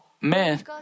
man